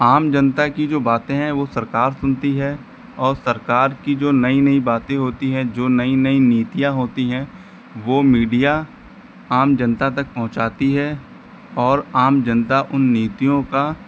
आम जनता की जो बातें हैं वह सरकार सुनती है और सरकार की जो नई नई बातें होती हैं जो नई नई नीतियाँ होती हैं वह मीडिया आम जनता तक पहुँचाती है और आम जनता उन नीतियों का